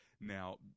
Now